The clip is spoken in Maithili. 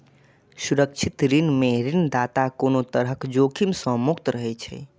सुरक्षित ऋण मे ऋणदाता कोनो तरहक जोखिम सं मुक्त रहै छै